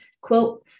quote